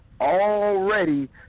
already